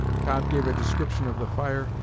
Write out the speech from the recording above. cobb gave a description of the fire,